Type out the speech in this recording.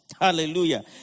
Hallelujah